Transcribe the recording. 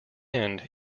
end